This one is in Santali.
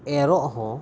ᱮᱨᱚᱜ ᱦᱚᱸ